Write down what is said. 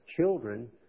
children